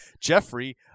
Jeffrey